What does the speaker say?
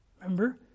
Remember